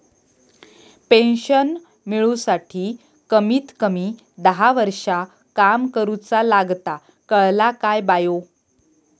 Pension मिळूसाठी कमीत कमी दहा वर्षां काम करुचा लागता, कळला काय बायो?